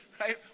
right